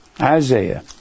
Isaiah